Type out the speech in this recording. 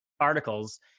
articles